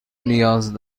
نیاز